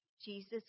Jesus